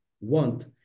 want